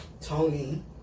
Tony